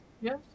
Yes